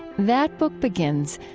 that book begins,